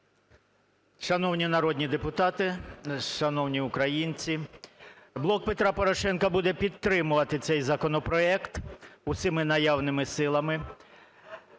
Шановні народні депутати, шановні українці! "Блок Петра Порошенка" буде підтримувати цей законопроект усіма наявними силами.